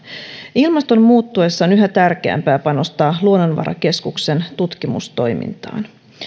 ilmaston muuttuessa on yhä tärkeämpää panostaa luonnonvarakeskuksen tutkimustoimintaan